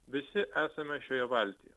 visi esame šioje valtyje